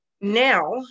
Now